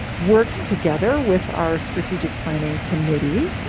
work together with our strategic planning committee